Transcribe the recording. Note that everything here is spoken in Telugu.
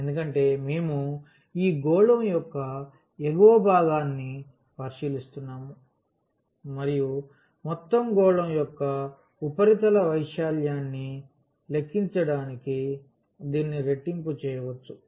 ఎందుకంటే మేము ఈ గోళం యొక్క ఎగువ భాగాన్ని పరిశీలిస్తున్నాము మరియు మొత్తం గోళం యొక్క ఉపరితల వైశాల్యాన్ని లెక్కించడానికి దీనిని రెట్టింపు చేయవచ్చు